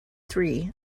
three